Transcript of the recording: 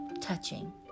touching